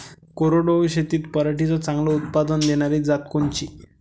कोरडवाहू शेतीत पराटीचं चांगलं उत्पादन देनारी जात कोनची?